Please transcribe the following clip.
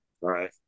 right